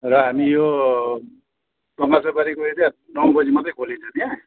र हामी यो बङ्गाल सफारी उयो क्या नौ बजी मात्रै खोलिन्छ त्यहाँ